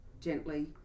gently